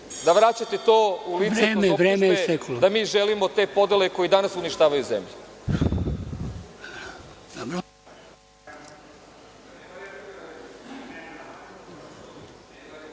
da vraćate to u lice i fokuse da mi želimo te podele koje danas uništavaju zemlju.